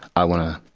i want to